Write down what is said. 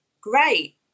great